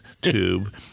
tube